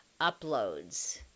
uploads